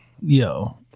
yo